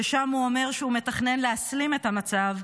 ושם הוא אומר שהוא מתכנן להסלים את המצב,